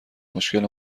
مشکل